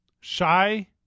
Shy